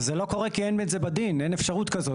זה לא קורה כי אין את זה בדין, אין אפשרות כזאת.